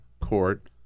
court